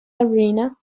arena